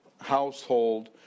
household